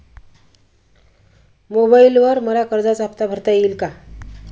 मोबाइलवर मला कर्जाचा हफ्ता भरता येईल का?